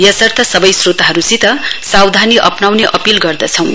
यसर्थ सबै स्रोतावर्गसित सावधान अपनाउने अपील गर्दछौं